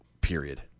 period